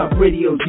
radio